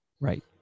Right